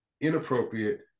inappropriate